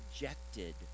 rejected